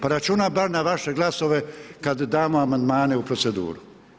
Pa računam bar na vaše glasove kad damo amandmane u proceduru.